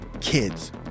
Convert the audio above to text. kids